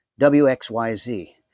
WXYZ